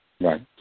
Right